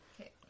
Okay